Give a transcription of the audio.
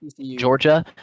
georgia